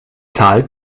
tal